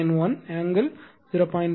நீங்கள் V3 0